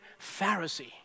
Pharisee